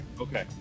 Okay